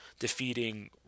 defeating